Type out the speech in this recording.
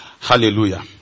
Hallelujah